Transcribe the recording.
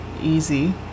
easy